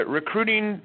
recruiting